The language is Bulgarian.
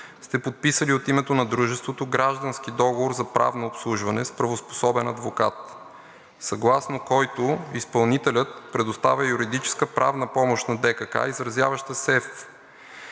сте подписали от името на дружеството граждански договор за правно обслужване с правоспособен адвокат, съгласно който изпълнителят предоставя юридическа правна помощ на ДКК, изразяваща се